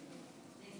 אדוני